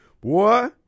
boy